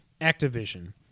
Activision